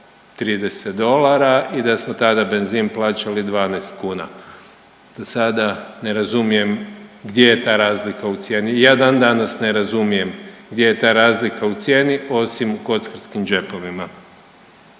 130 dolara i da smo tada benzin plaćali 12,00 kuna, sada ne razumijem gdje je ta razlika u cijeni? I ja dan danas ne razumijem gdje je ta razlika u cijeni osim u kockarskim džepovima.